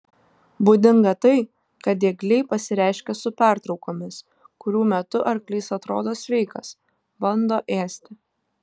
būdinga tai kad diegliai pasireiškia su pertraukomis kurių metu arklys atrodo sveikas bando ėsti